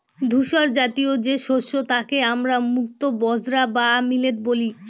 ধূসরজাতীয় যে শস্য তাকে আমরা মুক্তো বাজরা বা মিলেট বলি